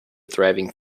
thriving